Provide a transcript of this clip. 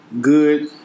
good